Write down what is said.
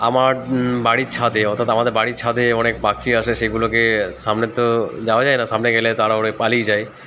আমার বাড়ির ছাদে অর্থাৎ আমাদের বাড়ির ছাদে অনেক পাখি আসে সেইগুলোকে সামনে তো যাওয়া যায় না সামনে গেলে তারা উড়ে পালিয়ে যায়